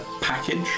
package